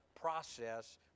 process